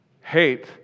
hate